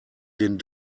den